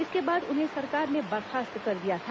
इसके बाद उन्हें सरकार ने बर्खास्त कर दिया था